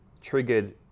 triggered